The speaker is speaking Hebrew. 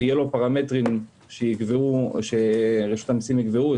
ושיהיו לו פרמטרים שרשות המיסים יקבעו,